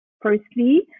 Firstly